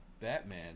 Batman